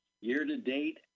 Year-to-date